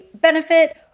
benefit